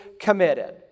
committed